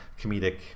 comedic